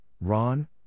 Ron